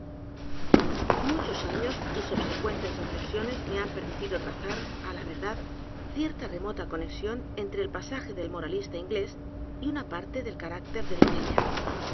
muchos años y subsecuentes reflexiones me han permitido trazar á la verdad cierta remota conexión e n t r e el pasaje del moralista inglés y una parte del ligeia carácter de ligeia